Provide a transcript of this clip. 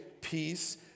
peace